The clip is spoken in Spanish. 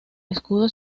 escudo